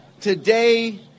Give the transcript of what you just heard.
Today